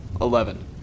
Eleven